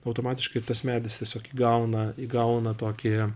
automatiškai ir tas medis tiesiog įgauna įgauna tokį